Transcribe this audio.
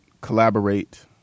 Collaborate